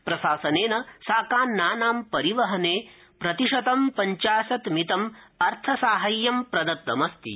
प्रशासनेन शाकान्नानां परिवहने प्रतिशतं पञ्चाशतमितम् अर्थसाहाय्यं प्रदत्तमस्ति